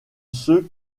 ceux